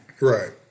Right